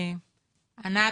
ענת.